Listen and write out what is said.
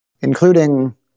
including